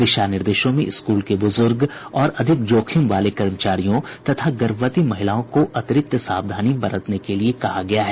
दिशा निर्देशों में स्कूल के बुजुर्ग और अधिक जोखिम वाले कर्मचारियों तथा गर्भवती महिलाओं को अतिरिक्त सावधानी बरतने के लिए कहा गया है